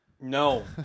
no